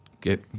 get